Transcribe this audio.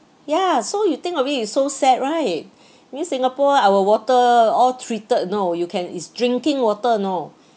ya so you think of it it's so sad right means singapore our water all treated you know you can it's drinking water you know